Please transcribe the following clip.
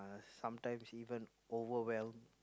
sometimes even overwhelmed